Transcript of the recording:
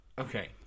okay